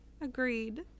Agreed